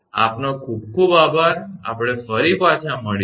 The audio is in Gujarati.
આપનો ખૂબ ખૂબ આભાર આપણે ફરી પાછા મળીશુ